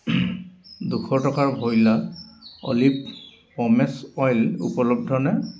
দুশ টকাৰ ভইলা অলিভ প'মেচ অইল উপলব্ধনে